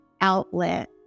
outlet